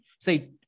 say